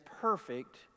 perfect